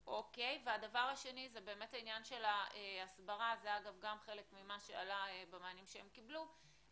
והדבר השני זה העניין של ההסברה זה גם חלק ממה שעלה במענים שהם קיבלו,